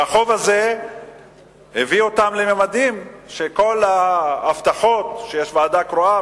החוב הזה הגיע לממדים שכל ההבטחות שיש ועדה קרואה,